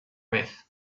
vez